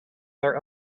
their